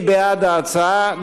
מי בעד ההצעה?